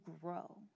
grow